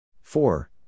Four